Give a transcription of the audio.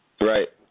Right